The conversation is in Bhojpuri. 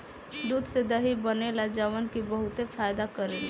दूध से दही बनेला जवन की बहुते फायदा करेला